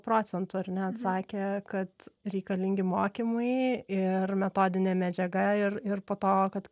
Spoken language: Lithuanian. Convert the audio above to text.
procentų ar ne atsakė kad reikalingi mokymai ir metodinė medžiaga ir ir po to kad